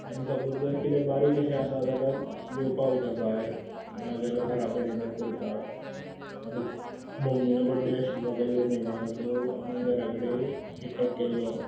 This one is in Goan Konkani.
आनी सपोज जर कितें बारीक अशें आसा जाल्यार जेवपा वयता भायर ना जाल्यार घरा कडेनूय करता आतां मम्मीलो बड्डे आशिल्लो गेल्ल्या म्हयन्या सो आमी घरा कडेन कॅक कट केल्लो